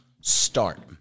start